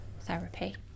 therapy